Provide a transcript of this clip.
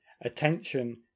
attention